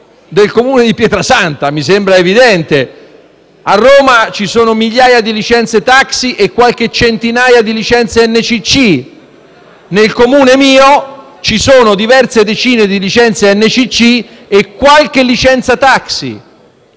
del Comune di Pietrasanta, mi sembra evidente. A Roma ci sono migliaia di licenze taxi e qualche centinaio di licenze NCC. Nel mio Comune sono state rilasciate diverse decine di licenze NCC e qualche licenza taxi